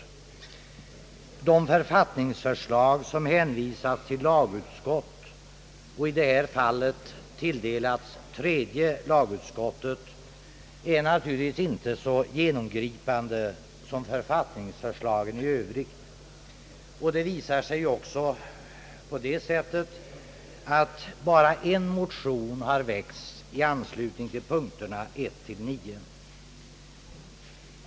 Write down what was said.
De författningsförslag som hänvisats till lagutskott, i detta fall tredje lagutskottet, är naturligtvis inte så genomgripande som författningsförslagen i övrigt. Det visar sig också på så sätt att bara en motion har väckts i anslutning till punkterna 1—9.